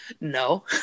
No